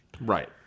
Right